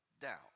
down